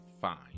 fine